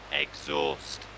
exhaust